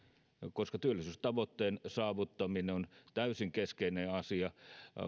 koska työllisyystavoitteen saavuttaminen on täysin keskeinen asia